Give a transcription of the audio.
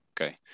Okay